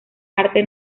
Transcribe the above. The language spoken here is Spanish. arte